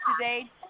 today